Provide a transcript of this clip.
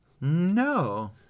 no